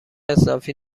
اضافی